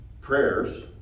Prayers